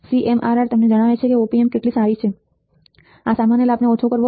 CMRR તમને જણાવે છે કે op amp કેટલી સારી છે આ સામાન્ય લાભને ઓછો કરવો